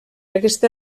aquesta